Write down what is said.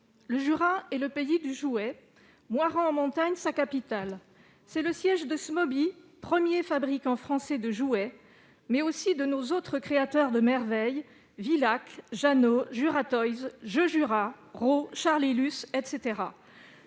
Le Jura est le pays du jouet et Moirans-en-Montagne, sa capitale. C'est le siège de Smoby, premier fabricant français de jouets, mais aussi de nos autres créateurs de merveilles : Vilac, Janod, Juratoys, Jeujura, Roz, Charliluce, etc.